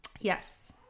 Yes